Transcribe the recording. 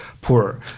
poorer